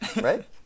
right